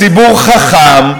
הציבור חכם.